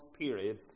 period